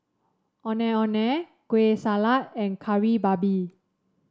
Ondeh Ondeh Kueh Salat and Kari Babi